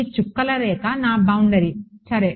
ఈ చుక్కల రేఖ నా బౌండరీ సరే